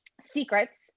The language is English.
secrets